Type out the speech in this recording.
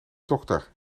dokter